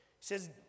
says